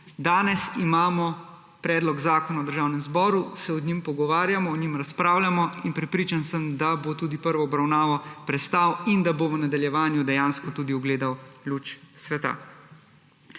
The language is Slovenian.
danes imamo predlog zakona v Državnem zboru, se o njem pogovarjamo, o njem razpravljamo in prepričan sem, da bo tudi prvo obravnavo prestal in da bo v nadaljevanju dejansko tudi ugledal luč sveta.